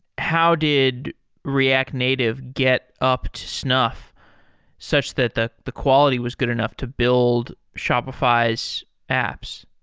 how did react native get up to snuff such that the the quality was good enough to build shopify's apps?